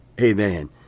Amen